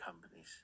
companies